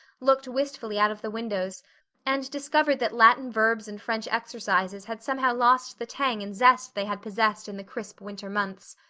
looked wistfully out of the windows and discovered that latin verbs and french exercises had somehow lost the tang and zest they had possessed in the crisp winter months.